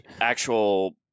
actual